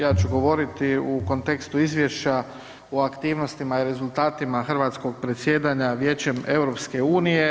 Ja ću govoriti u kontekstu izvješća o aktivnostima i rezultatima hrvatskog predsjedanja Vijećem EU.